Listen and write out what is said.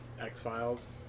X-Files